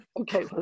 Okay